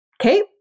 Okay